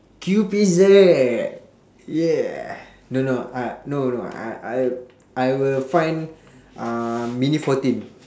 Q_P_Z yeah no no I no no I I'll I will find uh mini fourteen